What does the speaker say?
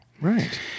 right